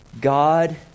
God